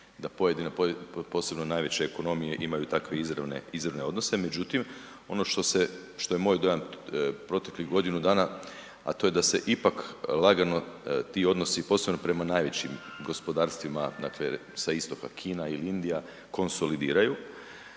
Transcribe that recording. da pojedine posebno najveće ekonomije imaju takve izravne odnose, međutim, ono što se što je moj dojam proteklih godinu dana, a to je da se ipak lagano ti odnosi, posebno prema najvećim gospodarstvima, dakle sa istoka Kina ili Indija konsolidiraju,